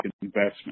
investment